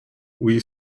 oui